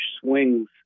swings